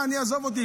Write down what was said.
עזוב אותי,